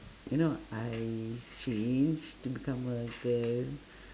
you know I change to become a girl